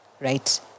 right